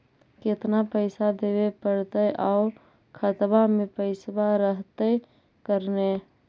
केतना पैसा देबे पड़तै आउ खातबा में पैसबा रहतै करने?